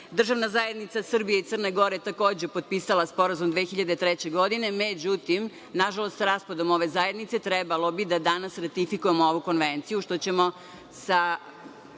Državna zajednica Srbije i Crne Gore takođe je potpisala sporazum 2003. godine, međutim, nažalost raspadom ove zajednice trebalo bi da danas ratifikujemo konvenciju, što ćemo sa